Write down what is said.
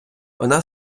вона